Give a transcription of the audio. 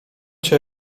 cię